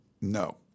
No